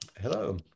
Hello